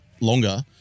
longer